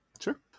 Sure